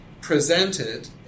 presented